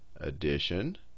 addition